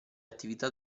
attività